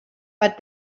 but